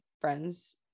friends